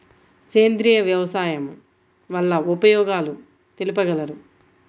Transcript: సేంద్రియ వ్యవసాయం వల్ల ఉపయోగాలు తెలుపగలరు?